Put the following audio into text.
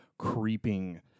Creeping